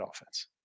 offense